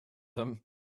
them